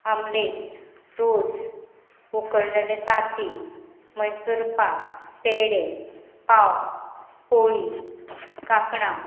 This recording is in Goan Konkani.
आमलेट रोस उकळलेलें तांतीं मैसूरपाक पेडे पाव पोळी कांकणां